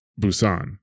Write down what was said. Busan